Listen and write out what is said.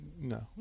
No